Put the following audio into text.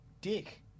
dick